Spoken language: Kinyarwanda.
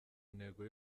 ntego